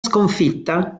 sconfitta